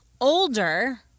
older